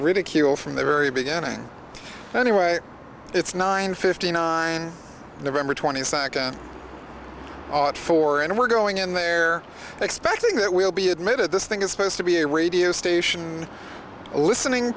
ridicule from the very beginning anyway it's nine fifteen on november twenty second four and we're going in there expecting it will be admitted this thing is supposed to be a radio station a listening